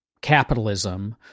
capitalism